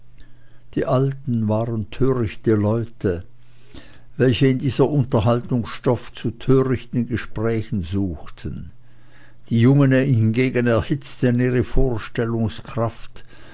die alten waren törichte leute welche in dieser unterhaltung stoff zu törichten gesprächen suchten die jungen hingegen erhitzten ihre vorstellungskraft